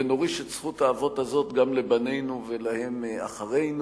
ונוריש את זכות האבות הזאת גם לבנינו ולהם אחרינו,